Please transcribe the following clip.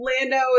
Lando